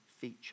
feature